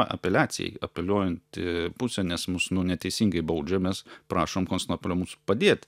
apeliacijai apeliuojanti pusė nes mus nu neteisingai baudžia mes prašom konstantinopolio mums padėt